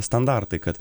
standartai kad